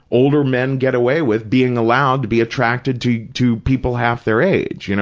older men get away with being allowed to be attracted to to people half their age. you know,